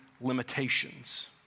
limitations